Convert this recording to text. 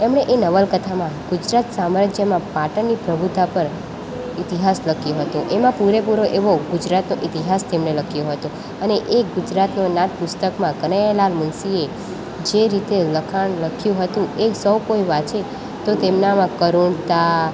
એમણે એ નવલકથામાં ગુજરાત સામ્રાજ્યમાં પાટણની પ્રભુતા પર ઈતિહાસ લખ્યો હતો એમાં પૂરેપૂરો એવો ગુજરાતનો ઇતિહાસ તેમણે લખ્યો હતો અને એ ગુજરાતનો નાથ પુસ્તકમાં કનૈયાલાલ મુનશીએ જે રીતે લખાણ લખ્યું હતું એ સૌ કોઈ વાંચે તો તેમનામાં કરુણતા